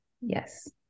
Yes